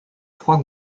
trois